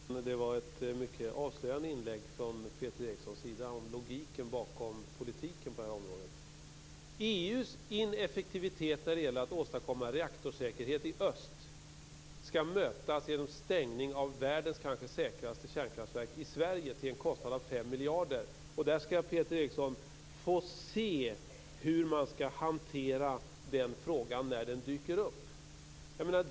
Fru talman! Det var ett mycket avslöjande inlägg från Peter Eriksson om logiken bakom politiken på det här området. EU:s ineffektivitet när det gäller att åstadkomma reaktorsäkerhet i öst skall mötas genom stängning av världens kanske säkraste kärnkraftverk i Sverige till en kostnad av 5 miljarder, och Peter Eriksson "får se" hur man skall hantera den frågan när den dyker upp.